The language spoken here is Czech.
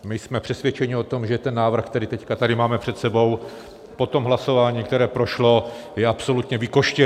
My jsme přesvědčeni o tom, že ten návrh, který teď tady máme před sebou po tom hlasování, které prošlo, je absolutně vykostěný.